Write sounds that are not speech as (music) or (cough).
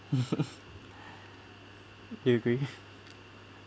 (laughs) you agree